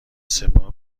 سپاه